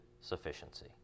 sufficiency